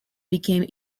became